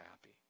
happy